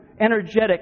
energetic